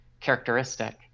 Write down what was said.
characteristic